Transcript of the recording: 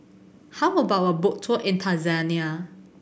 how about a boat tour in Tanzania